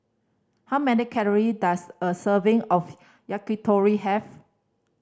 how many calory does a serving of Yakitori have